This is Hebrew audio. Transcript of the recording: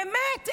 באמת?